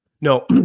No